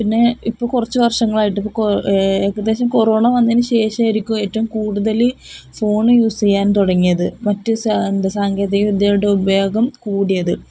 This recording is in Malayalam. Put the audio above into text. പിന്നെ ഇപ്പോള് കുറച്ചു വർഷങ്ങളായിട്ട് ഇപ്പോള് ഏകദേശം കൊറോണ വന്നതിനുശേഷമായിരിക്കും ഏറ്റവും കൂടുതല് ഫോണ് യൂസെയ്യാൻ തുടങ്ങിയത് മറ്റു സാങ്കേതിക വിദ്യയുടെ ഉപയോഗം കൂടിയത്